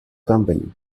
company